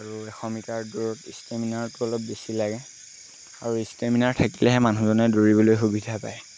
আৰু এশ মিটাৰ দৌৰত ষ্টেমিনাৰটো অলপ বেছি লাগে আৰু ষ্টেমিনাৰ থাকিলেহে মানুহজনে দৌৰিবলৈ সুবিধা পায়